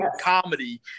comedy